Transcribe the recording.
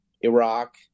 Iraq